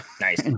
Nice